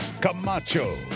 Camacho